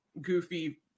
goofy